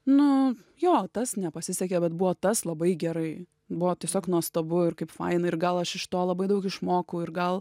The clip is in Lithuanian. nu jo tas nepasisekė bet buvo tas labai gerai buvo tiesiog nuostabu ir kaip faina ir gal aš iš to labai daug išmokau ir gal